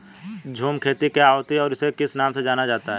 झूम खेती क्या होती है इसे और किस नाम से जाना जाता है?